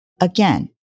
Again